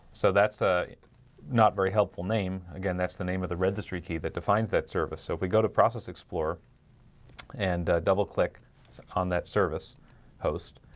so that's a not very helpful name again. that's the name of the registry key that defines that service so if we go to process explorer and double click on that service host